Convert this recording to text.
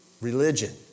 religion